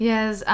Yes